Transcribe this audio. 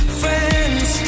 friends